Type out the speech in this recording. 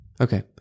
Okay